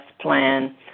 plan